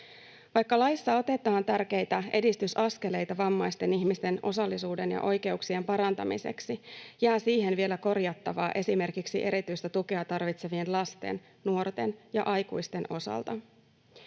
Vaikka laissa otetaan tärkeitä edistysaskeleita vammaisten ihmisten osallisuuden ja oikeuksien parantamiseksi, jää siihen vielä korjattavaa esimerkiksi erityistä tukea tarvitsevien lasten, nuorten ja aikuisten osalta.